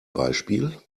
beispiel